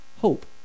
hope